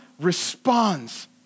responds